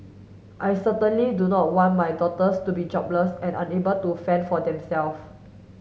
I certainly do not want my daughters to be jobless and unable to fend for themself